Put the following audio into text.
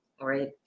right